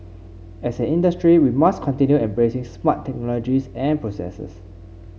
as an industry we must continue embracing smart technologies and processes